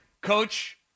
Coach